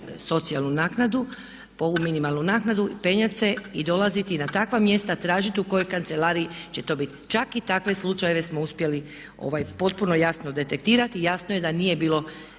socijalnu naknadu, po ovu minimalnu naknadu, penjat se i dolaziti na takva mjesta, tražit u kojoj kancelariji će to bit. Čak i takve slučajeve smo uspjeli potpuno jasno detektirati i jasno je da nije bilo